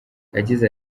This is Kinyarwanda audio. yagize